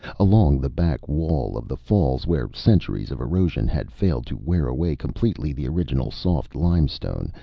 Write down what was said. along the back wall of the falls, where centuries of erosion had failed to wear away completely the original soft limestone,